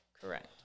Correct